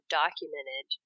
documented